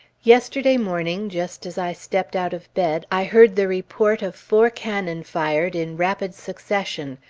yesterday morning, just as i stepped out of bed i heard the report of four cannon fired in rapid succession,